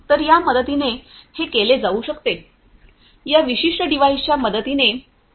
तर या मदतीने हे केले जाऊ शकते या विशिष्ट डिव्हाइसच्या मदतीने चाचणी घेतली जाऊ शकते